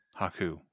haku